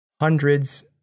hundreds